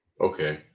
Okay